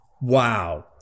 Wow